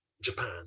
Japan